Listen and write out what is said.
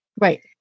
Right